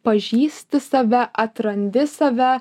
pažįsti save atrandi save